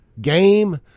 game